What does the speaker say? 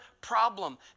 problem